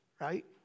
right